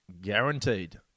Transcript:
guaranteed